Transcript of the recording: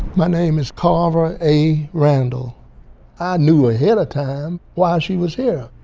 my name is carver a. randle. i knew ahead of time why she was here.